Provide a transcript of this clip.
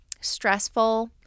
stressful